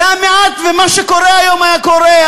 והמעט ממה שקורה היום היה קורה,